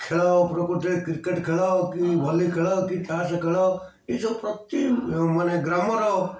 ଖେଳ ପ୍ରକୃତିରେ କ୍ରିକେଟ ଖେଳ କି ଭଲି ଖେଳ କି ତାସ ଖେଳ ଏଇସବୁ ପ୍ରତି ମାନେ ଗ୍ରାମର